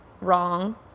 wrong